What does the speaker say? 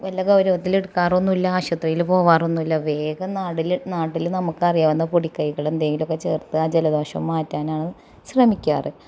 വല്ല ഗൗരവത്തിലെടുക്കറൊന്നുമില്ല ആശുപത്രിയിൽ പോകാറൊന്നുമില്ല വേഗം നാടില് നാട്ടില് നമുക്ക് അറിയാവുന്ന പൊടിക്കൈകളും എന്തേലുമൊക്കെ ചേര്ത്ത് ആ ജലദോഷം മാറ്റാനാണ് ശ്രമിക്കാറ്